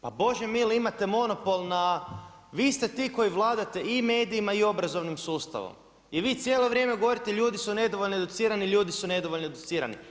Pa Bože mili, imate monopol, vi ste ti koji vladate i medijima, i obrazovnim sustavom i vi cijelo vrijeme govorite ljudi su nedovoljno educirani, ljudi su nedovoljno educirani.